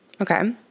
Okay